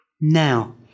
Now